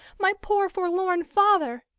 my poor forlorn father!